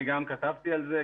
אני גם כתבתי על זה.